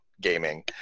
gaming